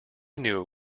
knew